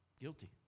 Guilty